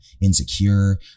insecure